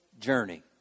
journey